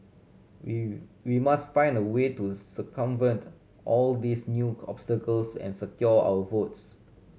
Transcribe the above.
we we must find a way to circumvent all these new obstacles and secure our votes